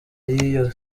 y’iyo